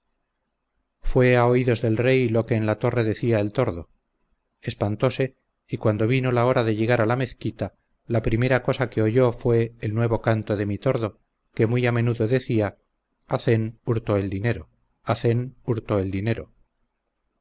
fue a oídos del rey lo que en la torre decía el tordo espantose y cuando vino la hora de llegar a la mezquita la primera cosa que oyó fue el nuevo canto de mi tordo que muy a menudo decía hazén hurtó el dinero hazén hurtó el dinero